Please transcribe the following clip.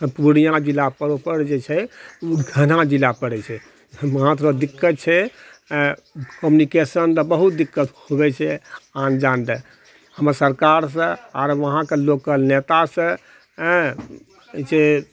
पूर्णिया जिला प्रोपर जे छै घना जिला पड़ैत छै वहां थोड़ा दिक्कत छै कम्युनिकेशनकऽ तऽ बहुत दिक्कत होबय छै आन जान लय हमे सरकारसँ आर वहाँकऽ लोकल नेतासँ हँ की कहैत छै